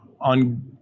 on